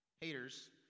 haters